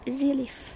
relief